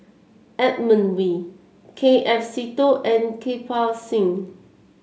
Edmund Wee K F Seetoh and Kirpal Singh